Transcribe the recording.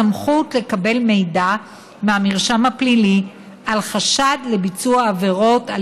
סמכות לקבל מידע מהמרשם הפלילי על חשד לביצוע עבירות על